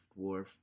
dwarf